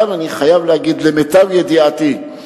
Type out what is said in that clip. למיטב ידיעתי,